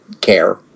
care